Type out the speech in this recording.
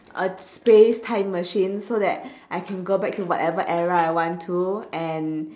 a space time machine so that I can go back to whatever era I want to and